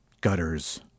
gutters